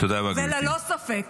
וללא ספק,